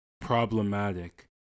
problematic